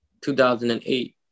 2008